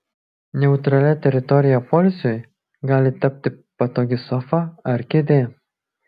neutralia teritorija poilsiui gali tapti patogi sofa ar kėdė